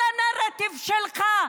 על הנרטיב שלך,